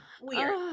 weird